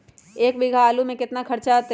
एक बीघा आलू में केतना खर्चा अतै?